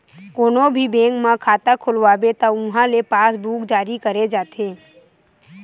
कोनो भी बेंक म खाता खोलवाबे त उहां ले पासबूक जारी करे जाथे